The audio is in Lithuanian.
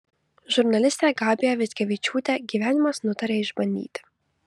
žurnalistę gabiją vitkevičiūtę gyvenimas nutarė išbandyti